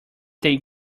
they